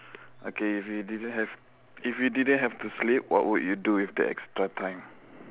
okay if you didn't have if you didn't have to sleep what would you do with the extra time